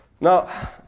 Now